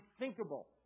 unthinkable